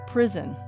Prison